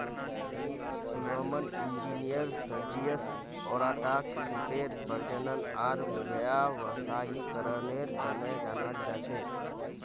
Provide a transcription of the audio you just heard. Roman engineer Sergius ओराटाक सीपेर प्रजनन आर व्यावसायीकरनेर तने जनाल जा छे